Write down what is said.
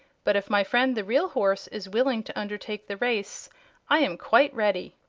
but if my friend the real horse is willing to undertake the race i am quite ready.